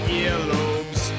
earlobes